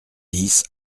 dix